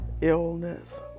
illness